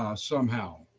ah somehow.